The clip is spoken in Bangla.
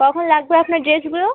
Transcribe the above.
কখন লাগবে আপনার ড্রেসগুলো